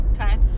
okay